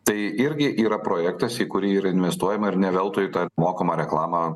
tai irgi yra projektas į kurį yra investuojama ir ne veltui tą mokamą reklamą